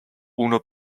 uno